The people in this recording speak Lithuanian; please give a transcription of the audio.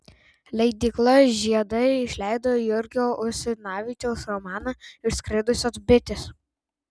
leidykla žiedai išleido jurgio usinavičiaus romaną išskridusios bitės